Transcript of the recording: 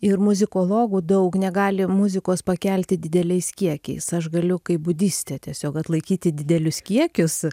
ir muzikologų daug negali muzikos pakelti dideliais kiekiais aš galiu kaip budistė tiesiog atlaikyti didelius kiekius